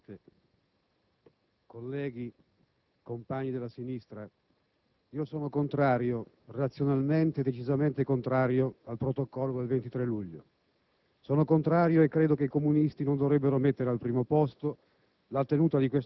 Signor Presidente, colleghi, compagni della sinistra, io sono contrario, razionalmente e decisamente contrario, al Protocollo del 23 luglio